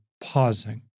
pausing